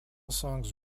songs